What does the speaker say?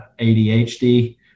ADHD